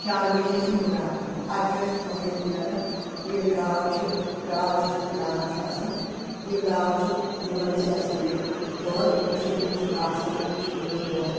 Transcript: چاروٲے چھِ أسۍ نٔوراوان ادٕ چہُ اَسہِ فٲیِدٕ نیران ییلہِ گاو چھِ گاو چھِ آسان داند چھِ آسان یہِ گاو چھِ دِوان اسہِ یہِ ہسا یہِ دۄد أسۍ چھِ امس گاسہِ انان یہِ چھِ دِوان دۄد